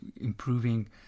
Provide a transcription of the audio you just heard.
improving